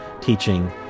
teaching